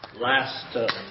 Last